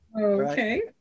Okay